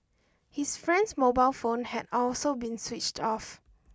his friend's mobile phone had also been switched off